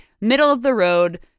middle-of-the-road